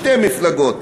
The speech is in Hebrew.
שתי מפלגות.